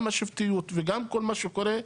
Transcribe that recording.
השבטיות וכל מה שקורה שם,